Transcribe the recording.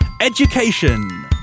Education